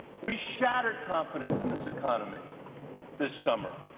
we shattered confidence in this economy this summer.